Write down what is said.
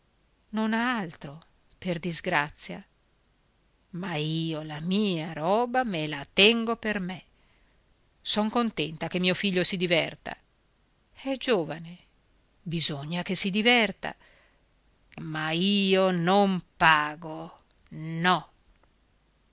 ha altro per disgrazia ma io la mia roba me la tengo per me son contenta che mio figlio si diverta è giovane bisogna che si diverta ma io non pago no